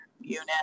unit